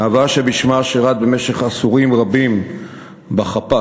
אהבה שבשמה שירת במשך עשורים רבים בחפ"ק,